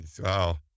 wow